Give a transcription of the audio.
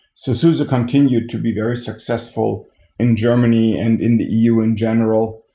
so suse continued to be very successful in germany and in the eu in general,